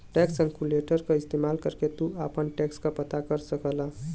tax calculator क इस्तेमाल करके तू आपन टैक्स पता कर सकला